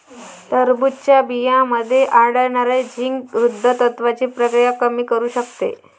टरबूजच्या बियांमध्ये आढळणारे झिंक वृद्धत्वाची प्रक्रिया कमी करू शकते